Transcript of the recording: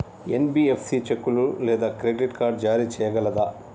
NBFC చెక్కులు లేదా credit card జారీ చేయగలదా?